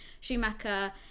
Schumacher